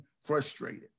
frustrated